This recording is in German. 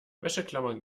wäscheklammern